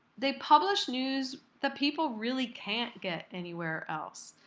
they publish news that people really can't get anywhere else.